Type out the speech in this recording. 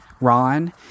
Ron